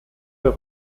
der